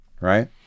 right